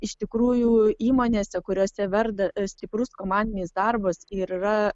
iš tikrųjų įmonėse kuriose verda stiprus komandinis darbas ir yra